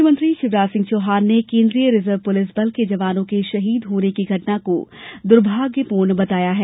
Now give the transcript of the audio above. मुख्यमंत्री शिवराज सिंह चौहान ने केंद्रीय रिजर्व पुलिस बल के जवानों के शहीद होने की घटना को दुर्भाग्यपूर्ण बताया है